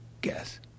Guess